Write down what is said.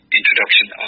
introduction